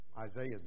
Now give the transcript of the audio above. Isaiah's